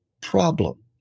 problem